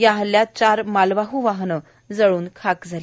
या हल्ल्यात चार माहवाह वाहनं खाक झाली